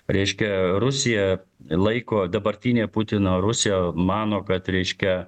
reiškia rusija laiko dabartinė putino rusija mano kad reiškia